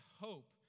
hope